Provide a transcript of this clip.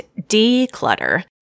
declutter